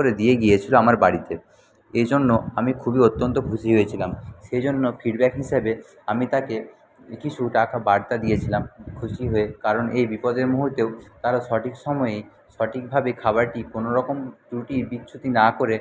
করে দিয়ে গিয়েছিলো আমার বাড়িতে এই জন্য আমি খুবই অত্যন্ত খুশি হয়েছিলাম সে জন্য ফিডব্যাক হিসাবে আমি তাকে কিছু টাকা বার্তা দিয়েছিলাম খুশি হয়ে কারণ এই বিপদের মুহুর্তেও তারা সঠিক সময়ে সঠিকভাবে খাবারটি কোনরকম ত্রুটি বিচ্যুতি না করে